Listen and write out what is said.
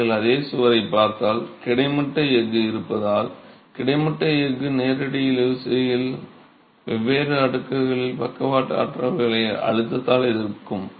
நீங்கள் அதே சுவரைப் பார்த்தால் கிடைமட்ட எஃகு இருப்பதால் கிடைமட்ட எஃகு நேரடி இழுவிசையில் வெவ்வேறு அடுக்குகளில் பக்கவாட்டு ஆற்றல்களை அழுத்தத்தால் எதிர்க்கும்